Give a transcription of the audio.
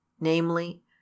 namely